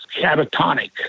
catatonic